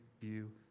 view